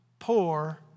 poor